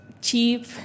cheap